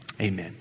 Amen